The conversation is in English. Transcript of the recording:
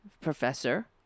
professor